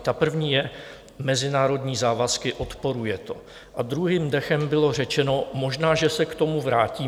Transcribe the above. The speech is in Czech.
Ta první je mezinárodní závazky, odporuje to, a druhým dechem bylo řečeno možná že se k tomu vrátíme.